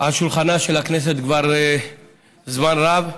על שולחנה של הכנסת כבר זמן רב,